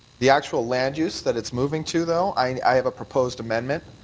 the actual land use that it's moving to, though, i have a proposed amendment,